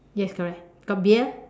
yes correct got beard